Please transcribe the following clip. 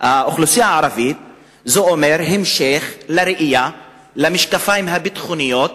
האוכלוסייה הערבית זה אומר המשך הראייה במשקפיים הביטחוניים,